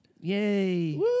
Yay